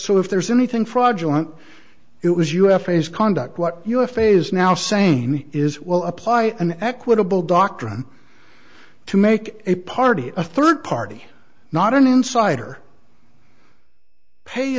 so if there's anything fraudulent it was u f a s conduct what u f a is now saying is will apply an equitable doctrine to make a party a third party not an insider pay